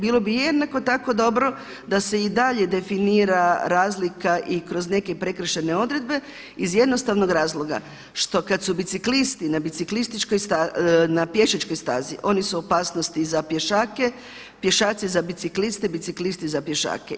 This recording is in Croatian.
Bilo bi jednako tako dobro da se i dalje definira razlika i kroz neke prekršajne odredbe iz jednostavnog razloga što kad su biciklisti na pješačkoj stazi oni su opasnost i za pješake, pješaci za bicikliste, biciklisti za pješake.